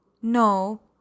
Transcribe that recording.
No